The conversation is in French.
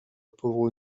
pauvre